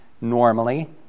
Normally